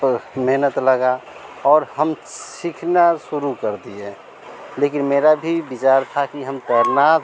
पर मेहनत लगी और हम सिखना शुरू कर दिए लेकिन मेरा भी विचार था कि हम तैरना